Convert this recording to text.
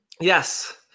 Yes